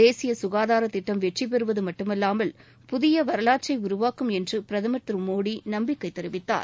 தேசிய ககாதார திட்டம் வெற்றிபெறுவது மட்டுமல்லாமல் புதிய வரலாற்றை உருவாக்கும் என்று பிரதமர் திரு மோடி நம்பிக்கை தெரிவித்தார்